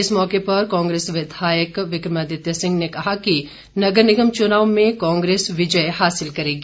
इस मौके पर कांग्रेस विधायक विक्रमादित्य सिंह ने कहा कि नगर निगम चुनाव में कांग्रेस विजय हासिल करेगी